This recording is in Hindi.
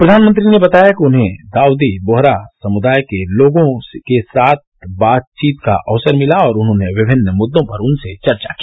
प्रधानमंत्री ने बताया कि उन्हें दाउदी बोहरा समुदाय के लोगों के साथ भी बातचीत का अवसर मिला और उन्होंने विभिन्न मुद्दों पर उनसे चर्चा की